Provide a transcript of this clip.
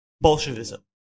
Bolshevism